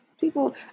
People